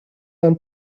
and